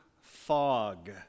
Fog